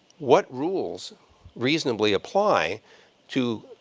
what rules reasonably apply to,